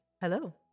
Hello